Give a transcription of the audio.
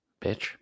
Bitch